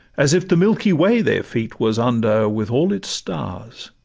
as if the milky way their feet was under with all its stars